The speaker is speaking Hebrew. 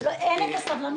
תן לו לסיים.